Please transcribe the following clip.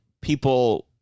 people –